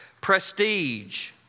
prestige